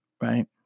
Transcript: right